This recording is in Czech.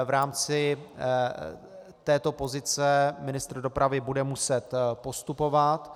V rámci této pozice ministr dopravy bude muset postupovat.